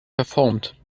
verformt